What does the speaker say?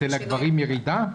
ואצל הגברים יש ירידה?